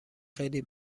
خیلی